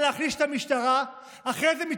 וככה זה.